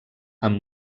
amb